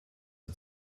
die